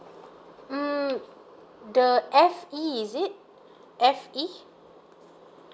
mm the F_E is it F_E